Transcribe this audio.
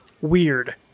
weird